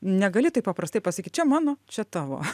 negali taip paprastai pasakyt čia mano čia tavo